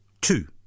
two